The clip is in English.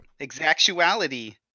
Exactuality